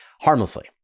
harmlessly